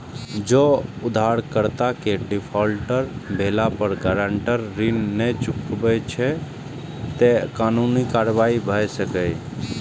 जौं उधारकर्ता के डिफॉल्टर भेला पर गारंटर ऋण नै चुकबै छै, ते कानूनी कार्रवाई भए सकैए